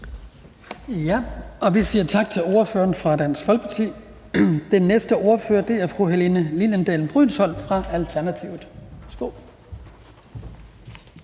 Vi siger tak til ordføreren for Dansk Folkeparti. Den næste ordfører er fru Helene Liliendahl Brydensholt fra Alternativet. Værsgo.